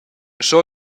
aschia